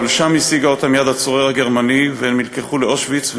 אבל שם השיגה אותם יד הצורר הגרמני והם נלקחו לאושוויץ ונספו.